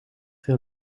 heel